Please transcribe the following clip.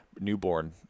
newborn